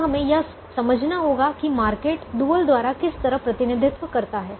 अब हमें यह समझना होगा कि मार्केट डुअल द्वारा किस तरह का प्रतिनिधित्व करता है